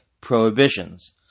prohibitions